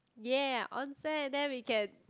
yeah onsen then we can